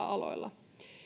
aloilla